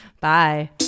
Bye